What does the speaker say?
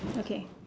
okay